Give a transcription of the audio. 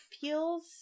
feels